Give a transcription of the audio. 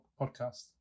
podcast